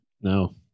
No